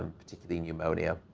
particularly in pneumonia.